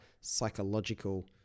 psychological